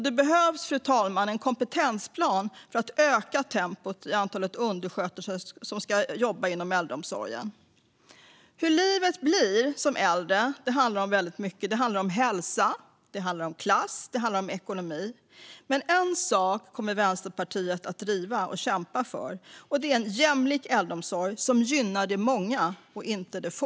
Det behövs en kompetensplan för att öka antalet undersköterskor som kan jobba inom äldreomsorgen. Hur livet som äldre blir handlar om mycket, bland annat hälsa, klass och ekonomi. En sak kommer Vänsterpartiet att driva och kämpa för. Det är jämlik äldreomsorg som gynnar de många, inte de få.